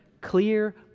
clear